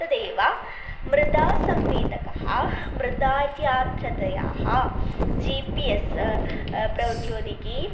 तदेव मृदा संवेदकः मृदार्द्रतयाः जी पि एस् प्रौद्योगिकी